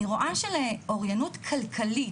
אני רואה שלאוריינות כלכלית,